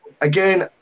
again